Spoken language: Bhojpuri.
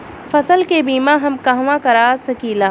फसल के बिमा हम कहवा करा सकीला?